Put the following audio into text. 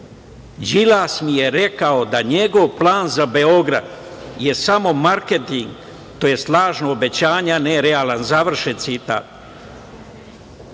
Đilas mi je rekao da njegov plan za Beograd je samo marketing, tj. lažna obećanja, ne realna. Završen